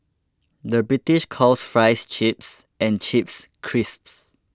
the British calls Fries Chips and Chips Crisps